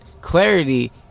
Clarity